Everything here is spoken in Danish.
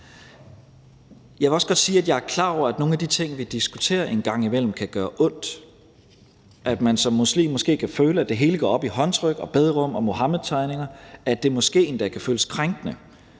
Jeg vil også godt sige, at jeg er klar over, at nogle af de ting, vi en gang imellem diskuterer, kan gøre ondt; at man som muslim kan føle, at det hele går op i håndtryk, bederum og Muhammedtegninger, og at det måske endda kan føles krænkende.